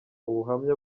ubuhamya